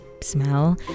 smell